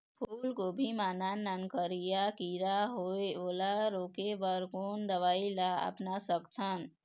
फूलगोभी मा नान नान करिया किरा होयेल ओला रोके बर कोन दवई ला अपना सकथन?